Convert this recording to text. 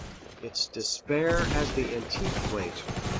its despair has the antique flavor,